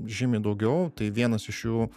žymiai daugiau tai vienas iš jų